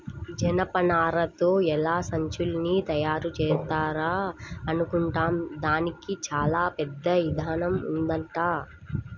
జనపనారతో ఎలా సంచుల్ని తయారుజేత్తారా అనుకుంటాం, దానికి చానా పెద్ద ఇదానం ఉంటదంట